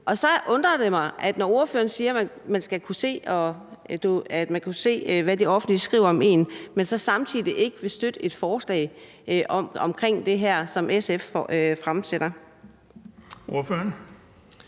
Så undrer det mig, når ordføreren siger, at man skal kunne se, hvad det offentlige skriver om en, men så samtidig ikke vil støtte et forslag omkring det her, som SF fremsætter. Kl.